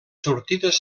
sortides